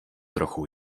trochu